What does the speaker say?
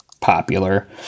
popular